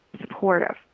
supportive